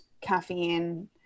caffeine